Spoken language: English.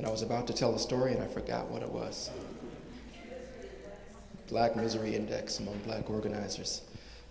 and i was about to tell a story and i forgot what it was like misery index like organizers